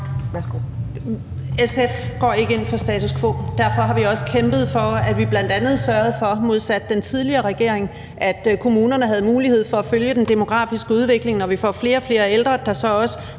SF går ikke ind for status quo. Derfor har vi også kæmpet for, at man bl.a. sørgede for – modsat den tidligere regering – at kommunerne havde mulighed for at følge den demografiske udvikling, altså at der, når vi får flere og flere ældre, så også